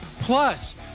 plus